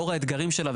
לאור האתגרים שלה,